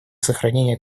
сохранения